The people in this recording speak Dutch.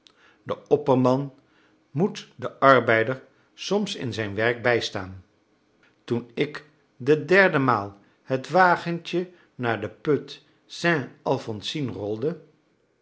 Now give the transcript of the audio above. de opperman moet den arbeider soms in het werk bijstaan toen ik de derde maal het wagentje naar den put saint alphonsine rolde